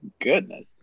goodness